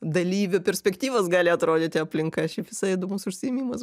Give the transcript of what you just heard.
dalyvio perspektyvos gali atrodyti aplinka šiaip visai įdomus užsiėmimas